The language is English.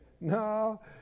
No